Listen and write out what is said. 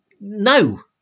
no